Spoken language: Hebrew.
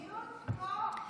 בדיוק כמו ועדות הקבלה בקיבוצים.